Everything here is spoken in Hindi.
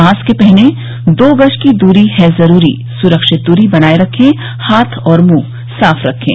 मास्के पहने दो गज दूरी है जरूरी सुरक्षित दूरी बनाए रखें हाथ और मुंह साफ रखें